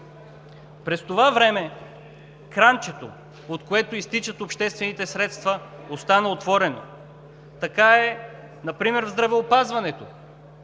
През това време кранчето, от което изтичат обществените средства, остана отворено. Така е например в здравеопазването.